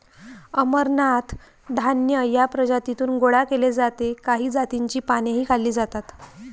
अमरनाथ धान्य या प्रजातीतून गोळा केले जाते काही जातींची पानेही खाल्ली जातात